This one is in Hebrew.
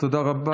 תודה רבה.